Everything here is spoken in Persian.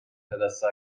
پدسگا